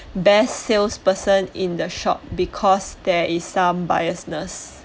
best salesperson in the shop because there is some biasness